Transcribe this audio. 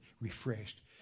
refreshed